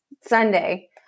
Sunday